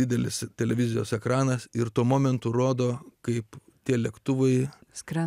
didelis televizijos ekranas ir tuo momentu rodo kaip tie lėktuvai skrenda